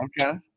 okay